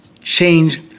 Change